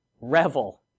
revel